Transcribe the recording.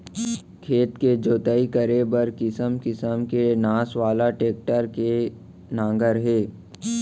खेत के जोतई करे बर किसम किसम के नास वाला टेक्टर के नांगर हे